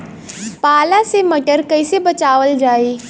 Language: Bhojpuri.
पाला से मटर कईसे बचावल जाई?